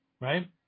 right